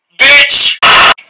bitch